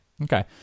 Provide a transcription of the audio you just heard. Okay